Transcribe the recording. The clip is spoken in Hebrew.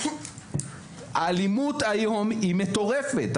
האלימות היום היא מטורפת.